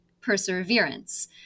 Perseverance